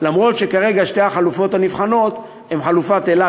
למרות שכרגע שתי החלופות הנבחנות הן חלופת אילת,